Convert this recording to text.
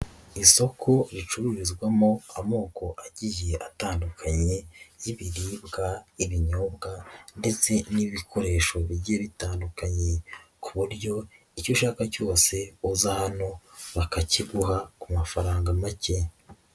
Isoko ricururizwamo amoko agiye atandukanye y'ibiribwa, ibinyobwa, ndetse n'ibikoresho bijye bitandukanye, ku buryo icyo ushaka cyose uza hano bakakiguha, ku mafaranga make.